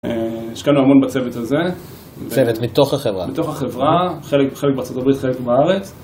השקענו המון בצוות הזה, צוות מתוך החברה, חלק בארה״ב, חלק בארץ